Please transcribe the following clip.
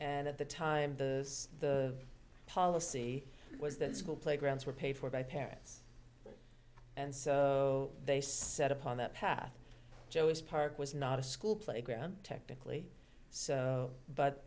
and at the time the the policy was that school playgrounds were paid for by parents and so they set upon that path joe is park was not a school playground technically so but